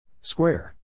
Square